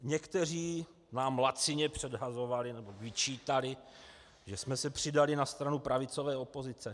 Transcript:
Někteří nám lacině předhazovali, vyčítali, že jsme se přidali na stranu pravicové opozice.